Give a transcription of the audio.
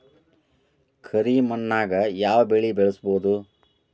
ಕರಿ ಮಣ್ಣಾಗ್ ಯಾವ್ ಬೆಳಿ ಬೆಳ್ಸಬೋದು?